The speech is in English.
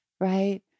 right